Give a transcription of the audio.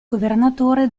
governatore